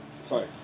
sorry